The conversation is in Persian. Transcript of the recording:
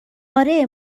آره